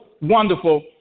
wonderful